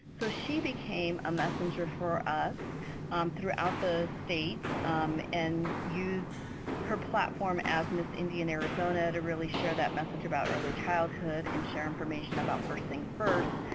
so she became a messenger for us ah throughout the state and used her platform as miss indian arizona to really share that message about early childhood and share information about first things first.